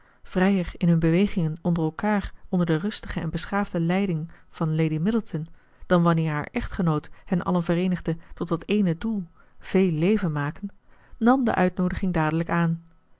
vrijer in hun bewegingen onder elkaar onder de rustige en beschaafde leiding van lady middleton dan wanneer haar echtgenoot hen allen vereenigde tot dat ééne doel veel leven maken nam de uitnoodiging dadelijk aan